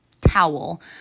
towel